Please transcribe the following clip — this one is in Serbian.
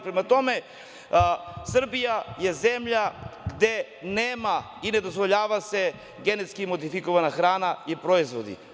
Prema tome, Srbija je zemlja gde nema i ne dozvoljava se genetski modifikovana hrana i proizvodi.